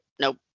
nope